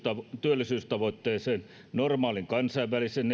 työllisyystavoitteeseen normaalin kansainvälisen